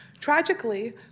Tragically